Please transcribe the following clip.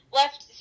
left